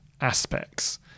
aspects